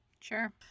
Sure